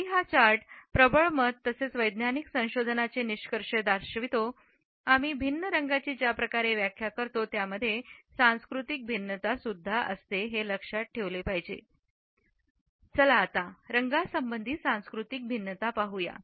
जरी हा चार्ट प्रबळ मत तसेच वैज्ञानिक संशोधनांचे निष्कर्ष दर्शवितो आम्ही भिन्न रंगाची ज्या प्रकारे व्याख्या करतो त्यामध्ये सांस्कृतिक भिन्नता आहेत चला आता रंगा संबंधी सांस्कृतिक भिन्नता पाहूया